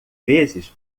vezes